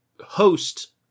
host